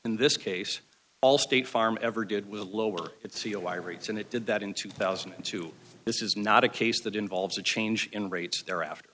in this case all state farm ever did with lower its rates and it did that in two thousand and two this is not a case that involves a change in rates thereafter